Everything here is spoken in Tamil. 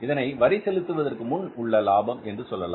இதனை வரி செலுத்துவதற்கு முன் உள்ள லாபம் என்று சொல்லலாம்